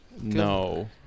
No